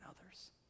others